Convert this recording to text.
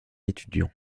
étudiant